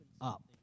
up